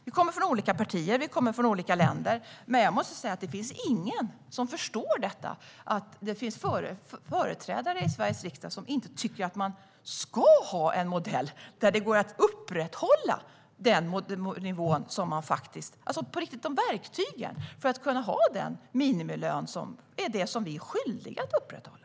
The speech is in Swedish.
Vi kommer från olika partier och olika länder, men jag måste säga att det inte finns någon som förstår att det finns företrädare i Sveriges riksdag som inte tycker att man ska ha en modell där det går att upprätthålla nivån - alltså ha verktyg för att kunna ha den minimilön vi är skyldiga att upprätthålla.